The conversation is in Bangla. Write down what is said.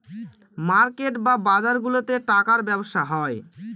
মার্কেট বা বাজারগুলাতে টাকার ব্যবসা হয়